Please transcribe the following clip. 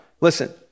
listen